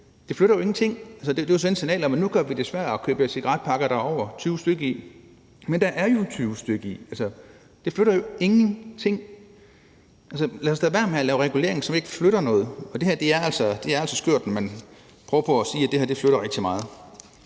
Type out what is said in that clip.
det flytter jo ingenting; det er at sende et signal om, at nu gør vi det sværere at købe cigaretpakker, der er over 20 stk. i. Men der er jo 20 stk. i, så det flytter ingenting. Lad os da lade være med at lave regulering, som ikke flytter noget. Og det er altså skørt, når man prøver på at sige, at det her flytter rigtig meget.